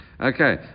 Okay